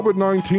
COVID-19